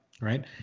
right